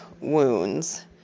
Wounds